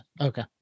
Okay